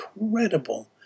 incredible